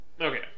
Okay